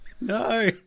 No